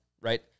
right